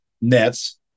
Nets